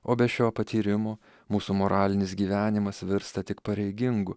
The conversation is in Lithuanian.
o be šio patyrimo mūsų moralinis gyvenimas virsta tik pareigingu